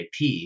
IP